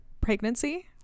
pregnancy